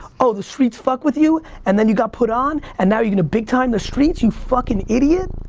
oh, the streets fuck with you and then you got put on and now you're gonna big time the streets, you fucking idiot.